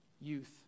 youth